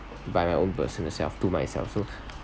by my own personal self to myself so